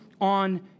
on